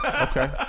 Okay